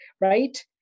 right